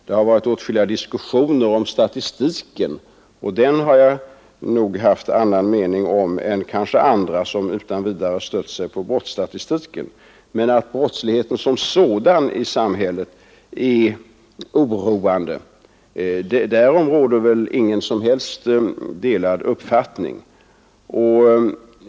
Det har förts åtskilliga diskussioner om statistiken, och jag har nog haft en annan mening om den än andra som utan vidare bara stött sig på brottsstatistiken. Men att brottsligheten som sådan i samhället är oroande, därom råder väl inga som helst delade uppfattningar.